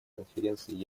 конференций